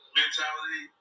mentality